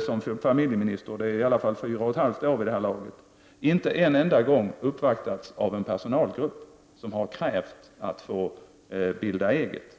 som familjeminister — och det är vid det här laget i alla fall fyra och ett halvt år — inte en enda gång uppvaktats av en personalgrupp som har krävt att få bilda eget.